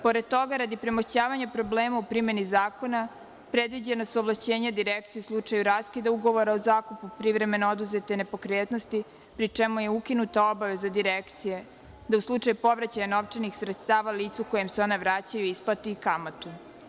Pored toga, radi premošćavanja problema u primeni zakona predviđena su ovlašćenja Direkcije u slučaju raskida ugovora o zakupu privremeno oduzete nepokretnosti, pri čemu je ukinuta obaveza Direkcije da u slučaju povraćaja novčanih sredstava licu kojem se ona vraćaju isplati i kamatu.